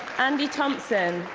andy thompson,